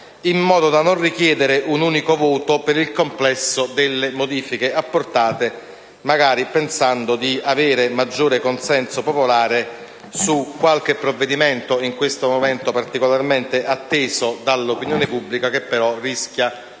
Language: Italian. in modo da non richiedere un unico voto per il complesso delle modifiche apportate, magari pensando di avere maggiore consenso popolare su qualche provvedimento, in questo momento particolarmente atteso dall'opinione pubblica, che però rischia di